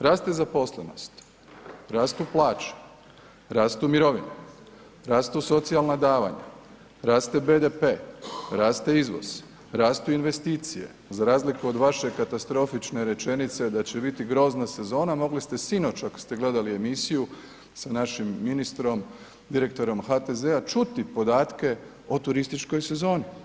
Raste zaposlenost, rastu plaće, rastu mirovine, rastu socijalna davanja, raste BDP, raste izvoz, rastu investicije, za razliku od vaše katastrofične rečenice da će biti grozna sezona mogli ste sinoć ako ste gledali emisiju sa našim ministrom, direktorom HTZ-a čuti podatke o turističkoj sezoni.